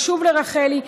ושוב לרחלי,